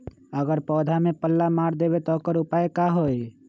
अगर पौधा में पल्ला मार देबे त औकर उपाय का होई?